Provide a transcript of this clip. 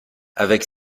avec